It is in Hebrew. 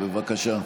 בבקשה.